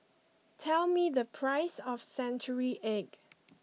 tell me the price of Century Egg